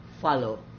follow